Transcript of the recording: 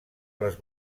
les